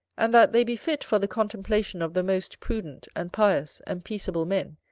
and that they be fit for the contemplation of the most prudent, and pious, and peaceable men,